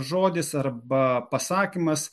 žodis arba pasakymas